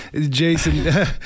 Jason